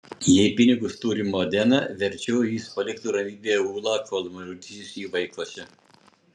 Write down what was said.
jei pinigus turi modena verčiau jis paliktų ramybėje ulą kol mauricijus jį vaikosi